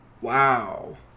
Wow